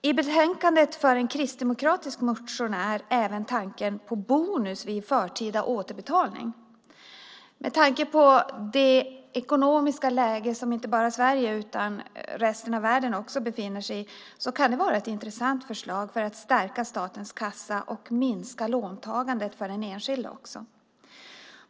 I betänkandet för en kristdemokratisk motionär även fram tanken på bonus vid en förtida återbetalning. Med tanke på det ekonomiska läge som inte bara Sverige utan även resten av världen befinner sig i kan det vara ett intressant förslag för att stärka statens kassa och minska låntagandet för den enskilde.